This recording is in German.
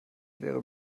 wäre